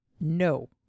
no